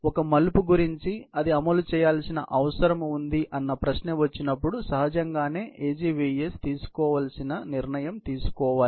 ఒక మలుపు గురించి అది అమలు చేయాల్సిన అవసరం ఉంది అన్న ప్రశ్న వచ్చినప్పుడు సహజంగానే AGVS తీసుకోవాలి నిర్ణయం తీసుకోవాలి